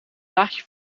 laagje